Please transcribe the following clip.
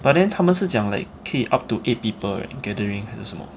but then 他们是讲 like 可以 up to eight people gathering 还是什么